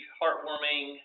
heartwarming